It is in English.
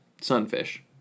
sunfish